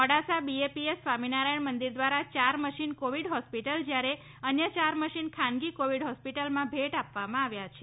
મોડાસા બીએપીએસ સ્વામિનારાયણ મંદિર દ્વારા યાર મશિન કોવિડ હોસ્પિટલ જ્યારે અન્ય ચાર મશિન ખાનગી કોવિડ હોસ્પિટલમાં ભેટ આપવામાં આવ્યા છે